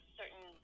certain